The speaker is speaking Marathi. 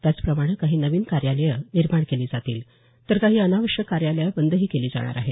त्याचप्रमाणे काही नवीन कार्यालयं निर्माण केले जातील तर काही अनावश्यक कार्यालय बंदही केली जाणार आहेत